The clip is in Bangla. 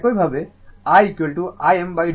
একইভাবে I Im √2 rms মান